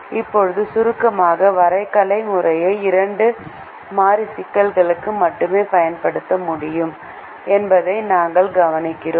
இப்போது சுருக்கமாக வரைகலை முறையை இரண்டு மாறி சிக்கலுக்கு மட்டுமே பயன்படுத்த முடியும் என்பதை நாங்கள் கவனிக்கிறோம்